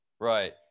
Right